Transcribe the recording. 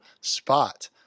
spot